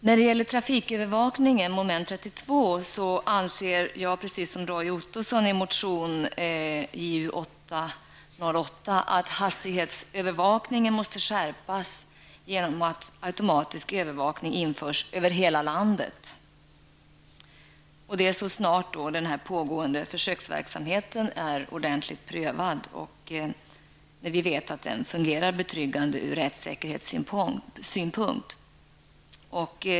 När det gäller trafikövervakningen, mom. 32, anser jag, precis som Roy Ottosson i motion Ju808, att hastighetsövervakningen måste skärpas genom att automatisk övervakning införs över hela landet så snart den pågående försöksverksamheten är ordentligt prövad, och när vi vet att den fungerar betryggande ur rättssäkerhetssynpunkt.